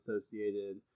associated